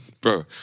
bro